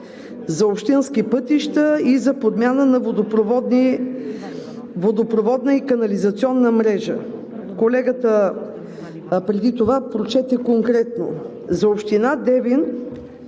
за общински пътища и за подмяна на водопроводна и канализационна мрежа. Колегата преди това го прочете конкретно. За община Девин